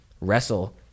wrestle